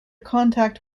contact